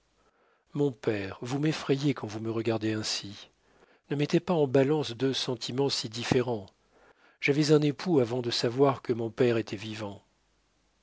mon père vous m'effrayez quand vous me regardez ainsi ne mettez pas en balance deux sentiments si différents j'avais un époux avant de savoir que mon père était vivant